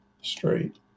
straight